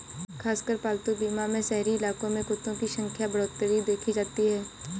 खासकर पालतू बीमा में शहरी इलाकों में कुत्तों की संख्या में बढ़ोत्तरी देखी जाती है